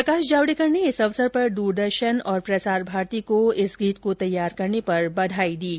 प्रकाश जावड़ेकर ने इस अवसर पर द्रदर्शन और प्रसार भारती को इस गीत को तैयार करने पर बधाई दी है